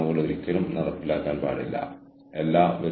മൂന്നാമത്തെ ടെൻഷൻ സംഘാടനത്തിന്റെ ടെൻഷൻ